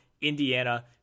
Indiana